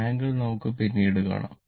angle നമുക്ക് പിന്നീട് കാണാം